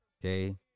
Okay